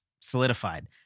solidified